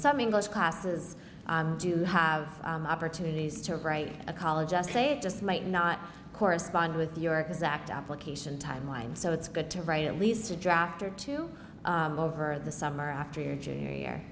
some english classes do have opportunities to write a college essay it just might not correspond with your exact application timeline so it's good to write at least a draft or two over the summer after your junior year